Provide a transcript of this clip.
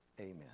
Amen